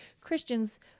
Christians